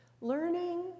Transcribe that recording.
learning